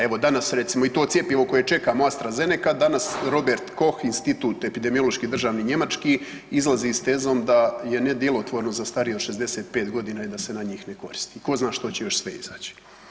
Evo danas recimo i to cjepivo koje čekamo AstraZeneca danas Robert Koch Institut epidemiološki državni njemački izlazi s tezom da je nedjelotvorno za starije od 65.g. i da se na njih ne koristi, ko zna što će još sve izaći.